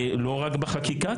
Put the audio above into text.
לא רק בחקיקה,